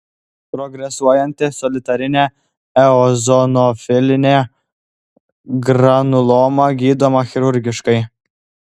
progresuojanti solitarinė eozinofilinė granuloma gydoma chirurgiškai